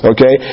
Okay